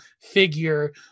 figure